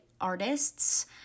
artists